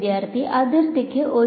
വിദ്യാർത്ഥി അതിർത്തിക്ക് ഒരു